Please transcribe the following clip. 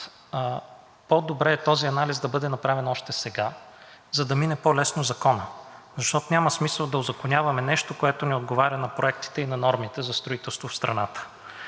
по-добре е този анализ да бъде направен още сега, за да мине по-лесно Законът, защото няма смисъл да узаконяваме нещо, което не отговаря на проектите и на нормите за строителство в страната.